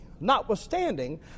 notwithstanding